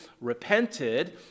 repented